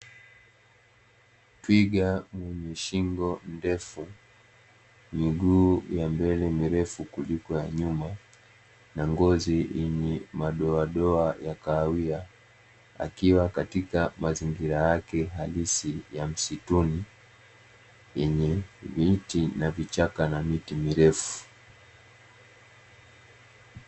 Twiga mwenye shingo ndefu miguu ya mbele mirefu kuliko ya nyuma na ngozi yenye madoadoa ya kahawia, akiwa katika mazingira yake halisi ya msituni yenye miti ya vichaka na miti mirefu.